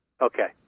Okay